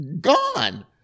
gone